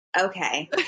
Okay